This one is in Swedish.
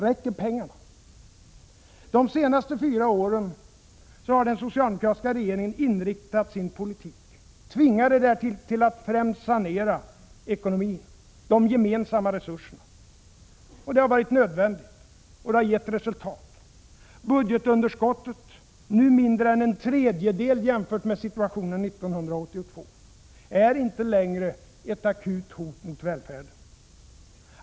Räcker pengarna? De senaste fyra åren har den socialdemokratiska regeringen inriktat sin politik — tvingad därtill — främst på att sanera ekonomin, de gemensamma resurserna. Det har varit nödvändigt, och det har gett resultat. Budgetunderskottet — nu mindre än en tredjedel jämfört med situationen 1982 — är inte längre ett akut hot mot välfärden.